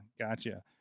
gotcha